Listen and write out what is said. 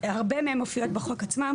הרבה מהן מופיעות בחוק עצמן,